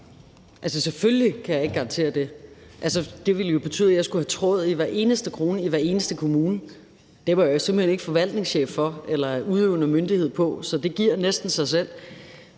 selvfølgelig kan jeg ikke garantere det. Det ville jo betyde, at jeg skulle have tråd i hver eneste krone i hver eneste kommune. Det er jeg jo simpelt hen ikke forvaltningschef for eller udøvende myndighed på, så det giver næsten sig selv.